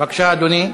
בבקשה, אדוני.